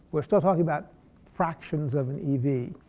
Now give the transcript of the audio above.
we're still talking about fractions of an ev. the